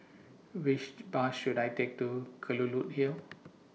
Which Bus should I Take to Kelulut Hill